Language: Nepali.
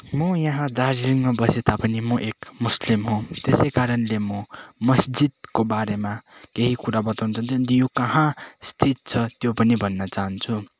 मो यहाँ दार्जिलिङमा बसे तापनि मो एक मुस्लिम हो त्यसैकारणले मो मस्जिदको बारेमा केइ कुरा बताउन चाहन्छु यो कहाँ स्थित छ त्यो पनि भन्न चाहन्छु